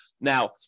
Now